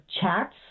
chats